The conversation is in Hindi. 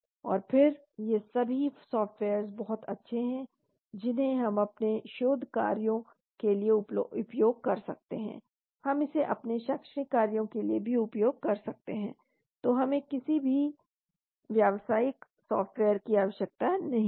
और फिर ये सभी सॉफ्टवेयर्स बहुत अच्छे हैं जिन्हें हम अपने शोध कार्यों के लिए उपयोग कर सकते हैं हम इसे अपने शैक्षणिक कार्यों के लिए भी उपयोग कर सकते हैं तो हमें किसी भी व्यावसायिक सॉफ़्टवेयर की आवश्यकता नहीं है